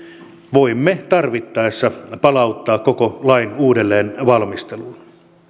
voimme tarvittaessa palauttaa koko lain uudelleenvalmisteluun